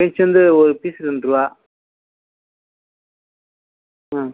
piece வந்து ஒரு piece ரெண்டுருவா ஆ